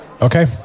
Okay